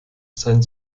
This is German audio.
sein